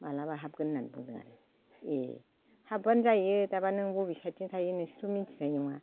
मालाबा हाबगोन होननानै बुंदों आरो ए हाबबानो जायो दाबा नों बबे साइदथिं थायो नोंसोर थ' मिनथिनाय नङा